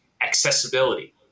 accessibility